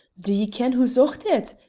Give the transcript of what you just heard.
d'ye ken wha's ocht it?